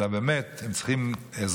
אלא הם באמת צריכים עזרה.